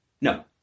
No